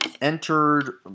entered